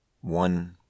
one